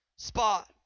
spot